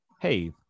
Hey